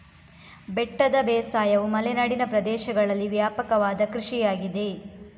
ಬೆಟ್ಟದ ಬೇಸಾಯವು ಮಲೆನಾಡಿನ ಪ್ರದೇಶಗಳಲ್ಲಿ ವ್ಯಾಪಕವಾದ ಕೃಷಿಯಾಗಿದೆ